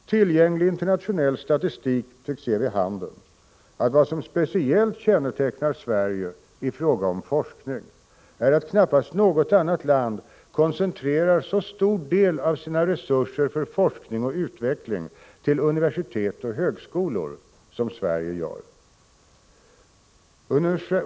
Tillgänglig internationell statistik tycks ge vid handen att vad som speciellt kännetecknar Sverige i fråga om forskning är att knappast något annat land koncentrerar så stor del av sina resurser för forskning och utveckling till universitet och högskolor som Sverige gör.